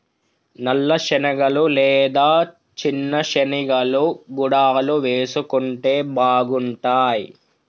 నల్ల శనగలు లేదా చిన్న శెనిగలు గుడాలు వేసుకుంటే బాగుంటాయ్